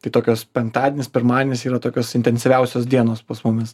tai tokios penktadienis pirmadienis yra tokios intensyviausios dienos pas mumis